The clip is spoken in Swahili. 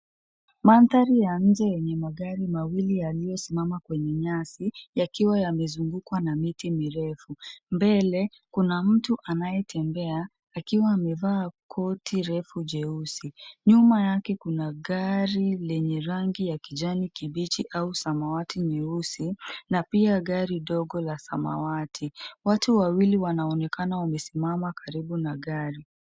Mandhari ya nje yenye magari mawili yaliyosimama kwenye nyasi, yakiwa yamezungukwa na miti mirefu. Mbele, kuna mtu anayetembea akiwa amevaa koti refu jeusi. Nyuma yake kuna gari lenye rangi ya kijani kibichi au samawati nyeusi, na pia gari dogo la samawati. Watu wawili wanaonekana wamesimama karibu na gari.